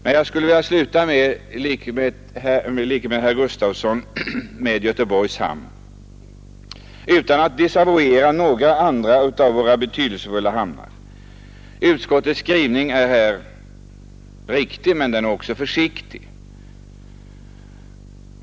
Men jag skulle i likhet med herr Gustafson vilja sluta med att säga några ord om Göteborgs hamn utan att desavuera några andra av våra betydelsefulla hamnar. Utskottets skrivning är här riktig, men den är också försiktig.